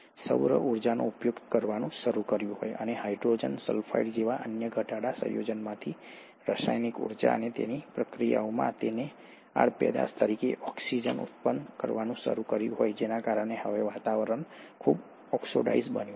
સૌર ઊર્જાનો ઉપયોગ કરવાનું શરૂ કર્યું અને હાઇડ્રોજન સલ્ફાઇડ જેવા અન્ય ઘટાડતા સંયોજનોમાંથી રાસાયણિક ઉર્જા અને પ્રક્રિયામાં આડપેદાશ તરીકે ઓક્સિજન ઉત્પન્ન કરવાનું શરૂ કર્યું જેના કારણે હવે વાતાવરણ ખૂબ ઓક્સિડાઇઝ્ડ બન્યું છે